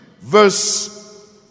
verse